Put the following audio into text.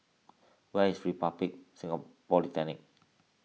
where is Republic Polytechnic